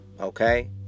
okay